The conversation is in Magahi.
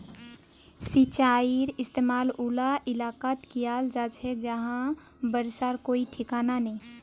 सिंचाईर इस्तेमाल उला इलाकात कियाल जा छे जहां बर्षार कोई ठिकाना नी